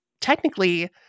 technically